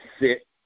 sit